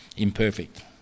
imperfect